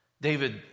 David